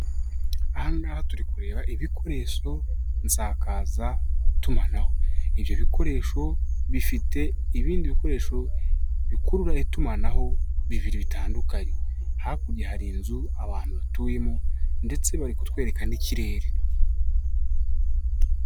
Aha ngaha turi kureba ibikoresho nsakazatumanaho. Ibyo bikoresho bifite ibindi bikoresho bikurura itumanaho bibiri bitandukanye. Hakurya hari inzu abantu batuyemo ndetse bari kutwereka n'ikirere.